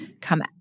come